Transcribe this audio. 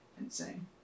insane